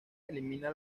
elimina